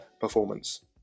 performance